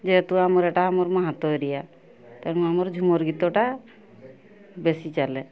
ଯେହେତୁ ଆମର ଏଇଟା ଆମର ମାହାନ୍ତ ଏରିଆ ତେଣୁ ଆମର ଝୁମର ଗୀତଟା ବେଶୀ ଚାଲେ